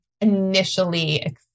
initially